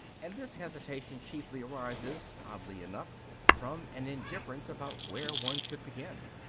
and this hesitation chiefly arises, oddly enough, from an indifference about where one should begin.